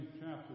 chapter